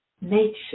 nature